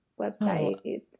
website